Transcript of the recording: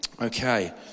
Okay